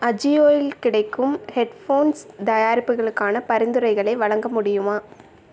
அஜியோவில் கிடைக்கும் ஹெட்ஃபோன்ஸ் தயாரிப்புகளுக்கான பரிந்துரைகளை வழங்க முடியுமா